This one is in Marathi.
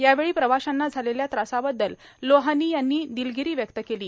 यावेळी प्रवाशांना झालेल्या त्रासाबद्दल लोहा नी यांनी दिर्लागरी व्यक्त केलो